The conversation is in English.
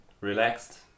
relaxed